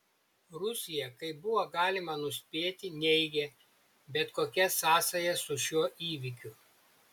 rusija kaip buvo galima nuspėti neigė bet kokias sąsajas su šiuo įvykiu